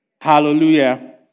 Hallelujah